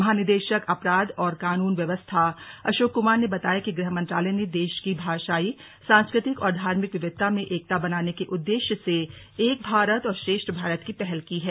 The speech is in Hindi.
महानिदेशक अपराध और कानून व्यवस्था अशोक कमार ने बताया कि गृह मंत्रालय ने देश की भाषाई सांस्कृतिक और धार्मिक विविधता में एकता बनाने के उद्देश्य से एक भारत और श्रेष्ठ भारत की पहल की है